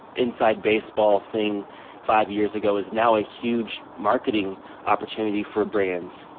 inside-baseball thing five years ago, is now a huge marketing opportunity for brands,